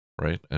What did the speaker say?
Right